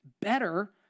better